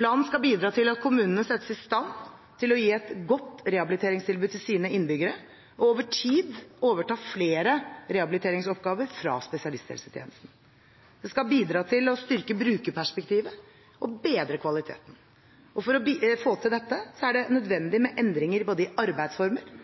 Planen skal bidra til at kommunene settes i stand til å gi et godt rehabiliteringstilbud til sine innbyggere og over tid overta flere rehabiliteringsoppgaver fra spesialisthelsetjenesten. Den skal bidra til å styrke brukerperspektivet og bedre kvaliteten. For å få til dette er det nødvendig med endringer i både arbeidsformer